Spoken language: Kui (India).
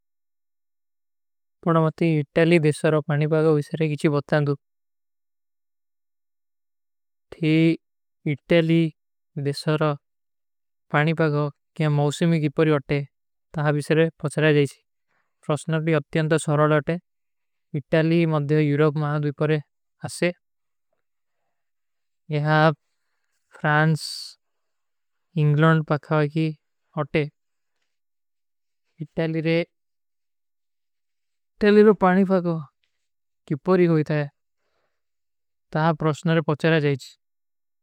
ପଡା ମତେ ଇଟାଲୀ ଦେଶାରା ପାଣୀ ପାଗା ଵିଶରେ କିଛୀ ବତ୍ତା ନଦୂ। ଥେ ଇଟାଲୀ ଦେଶାରା ପାଣୀ ପାଗା କିଯା ମୌସେମୀ ଗୀପରୀ ହୋତେ ହୈ। ତହାଁ ଵିଶରେ ପଚଲା ଜାଈଶୀ। ପ୍ରସ୍ଣକ୍ଡି ଅଥ୍ଯନ୍ତ ସରଲ ହୋତେ ହୈ। ପ୍ରସ୍ଣକ୍ଡି ଅଥ୍ଯନ୍ତ ସରଲ ହୋତେ ହୈ।